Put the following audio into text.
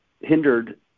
hindered